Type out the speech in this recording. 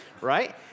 right